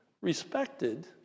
respected